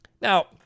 Now